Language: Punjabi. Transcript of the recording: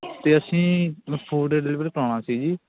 ਅਤੇ ਅਸੀਂ ਫੂਡ ਡਿਲੀਵਰ ਕਰਵਾਉਣਾ ਸੀ ਜੀ